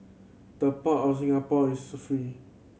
the Port of Singapore is free